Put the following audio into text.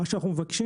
אנחנו מבקשים